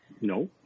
No